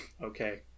okay